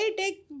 take